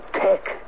Tech